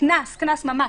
קנס ממש,